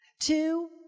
Two